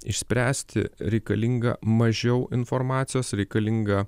išspręsti reikalinga mažiau informacijos reikalinga